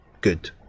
good